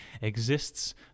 exists